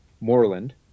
Moreland